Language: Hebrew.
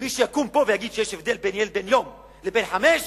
מי שיקום פה ויגיד שיש הבדל בין ילד בן יום לבין ילד